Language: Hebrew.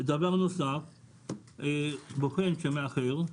דבר נוסף, בוחן שמאחר,